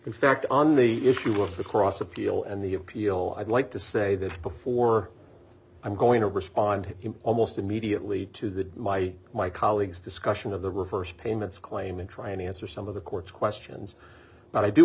in fact on the issue of the cross appeal and the appeal i'd like to say that before i'm going to respond almost immediately to the my my colleague's discussion of the reverse payments claim and trying to answer some of the court's questions but i do